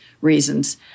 reasons